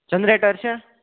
generator છે